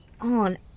on